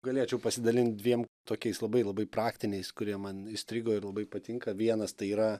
galėčiau pasidalint dviem tokiais labai labai praktiniais kurie man įstrigo ir labai patinka vienas tai yra